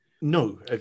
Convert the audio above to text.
No